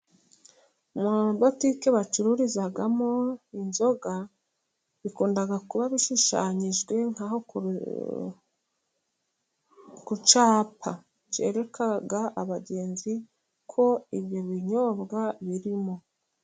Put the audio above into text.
Muri botike bacururizamo inzoga, bikunda kuba bishushanyijwe nk'aho ku cyapa cyereka abagenzi ko ibyo binyobwa birimo.